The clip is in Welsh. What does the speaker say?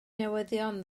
newyddion